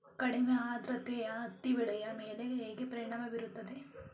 ಕಡಿಮೆ ಆದ್ರತೆಯು ಹತ್ತಿ ಬೆಳೆಯ ಮೇಲೆ ಹೇಗೆ ಪರಿಣಾಮ ಬೀರುತ್ತದೆ?